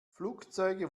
flugzeuge